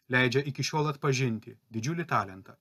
leidžia iki šiol atpažinti didžiulį talentą